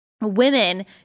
women